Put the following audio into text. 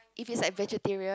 if it's like vegetarian